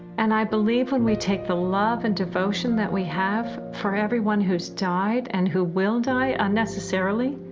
and i believe when we take the love and devotion that we have for everyone who's died, and who will die, unnecessarily,